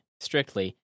strictly